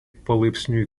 palaipsniui